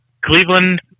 Cleveland